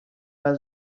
بعد